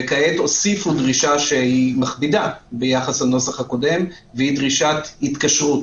וכעת הוסיפו דרישה שהיא מכבידה ביחס לנוסח הקודם והיא דרישת התקשרות,